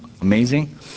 amazing